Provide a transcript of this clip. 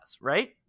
right